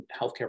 healthcare